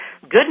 Good